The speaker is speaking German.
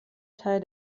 teil